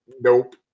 nope